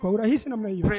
Pray